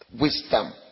wisdom